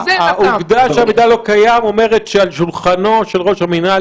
רק זה --- העובדה שהמידע לא קיים אומרת שעל שולחנו של ראש המינהל